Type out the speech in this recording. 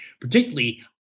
particularly